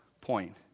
point